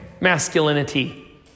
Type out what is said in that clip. masculinity